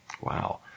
Wow